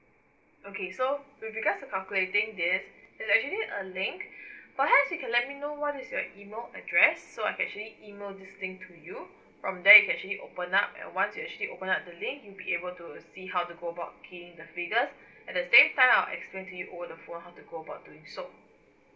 okay so with regards to calculating this there's actually a link perhaps you can let me know what is your email address so I can actually email this link to you from there you can actually open up and once you actually open up the link you'll be able to see how to go about keying the figures at the same time I'll explain to you over the phone how to go about doing so